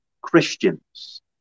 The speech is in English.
Christians